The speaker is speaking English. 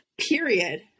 Period